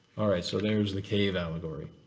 all right, so there's the cave allegory.